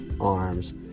arms